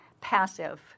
passive